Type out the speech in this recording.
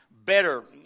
Better